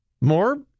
More